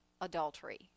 adultery